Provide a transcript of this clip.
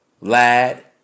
Lad